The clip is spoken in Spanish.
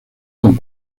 con